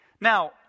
Now